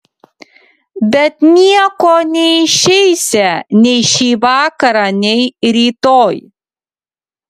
bet nieko neišeisią nei šį vakarą nei rytoj